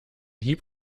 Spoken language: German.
hieb